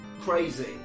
Crazy